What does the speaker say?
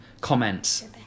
comments